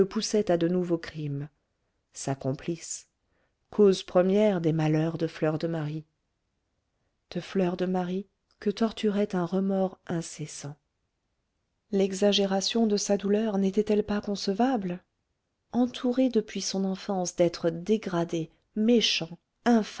à de nouveaux crimes sa complice cause première des malheurs de fleur de marie de fleur de marie que torturait un remords incessant l'exagération de sa douleur n'était-elle pas concevable entourée depuis son enfance d'êtres dégradés méchants